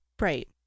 Right